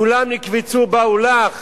כולם נקבצו באו לך